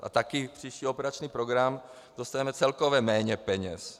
A taky na příští operační program dostaneme celkově méně peněz.